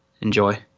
Enjoy